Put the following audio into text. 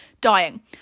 dying